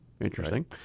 Interesting